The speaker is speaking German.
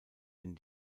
den